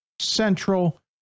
Central